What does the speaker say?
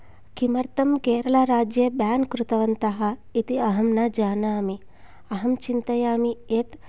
किमर्थं केरला राज्ये बेन् कृतवन्तः इति अहं न जानामि अहं चिन्तयामि यत्